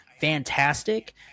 fantastic